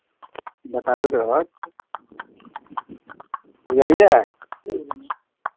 बताबैत रहत बुझलियै